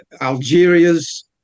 Algeria's